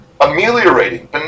ameliorating